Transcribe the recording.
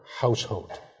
household